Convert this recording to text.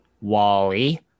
Wally